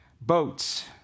boats